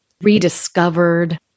rediscovered